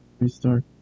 Restart